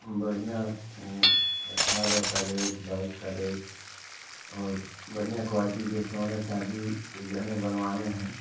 बढ़िया अट्ठारह कैरेट बाईस कैरेट और बढ़िया क्वालटी के सोने चाँदी के गहने बनवाने हैं